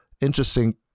interesting